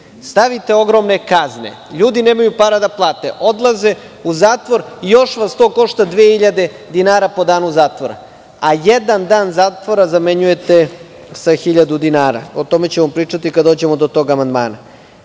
Stavite ogromne kazne, ljudi nemaju pare da plate, odlaze u zatvor i to vas još košta 2.000 dinara po danu zatvora, a jedan dan zatvora zamenjujete sa 1.000 dinara. O tome ćemo pričati kada dođemo do tog amandmana. Ono